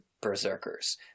Berserkers